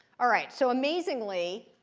all right. so amazingly,